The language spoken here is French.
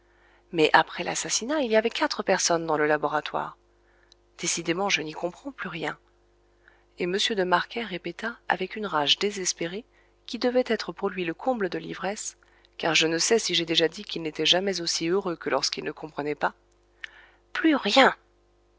mais après l'assassinat il y avait quatre personnes dans le laboratoire décidément je n'y comprends plus rien et m de marquet répéta avec une rage désespérée qui devait être pour lui le comble de l'ivresse car je ne sais si j'ai déjà dit qu'il n'était jamais aussi heureux que lorsqu'il ne comprenait pas plus rien